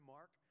Mark